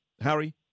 Harry